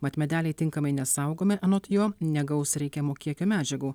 mat medeliai tinkamai nesaugomi anot jo negaus reikiamo kiekio medžiagų